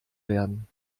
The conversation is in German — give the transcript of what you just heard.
werden